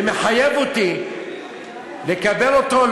זה מחייב אותי לקבל אותו,